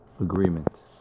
agreement